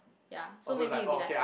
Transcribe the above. ya so maybe you be like